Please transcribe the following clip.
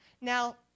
now